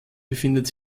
befindet